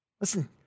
Listen